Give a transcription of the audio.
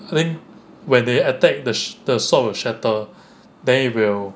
I think when they attacked the swo~ the sword will shatter then it will